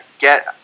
get